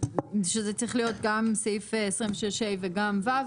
שזה צריך להיות גם סעיף 26ה וגם סעיף 26ו,